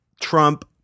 Trump